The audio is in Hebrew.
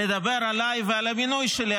לדבר עליי ועל המינוי שלי,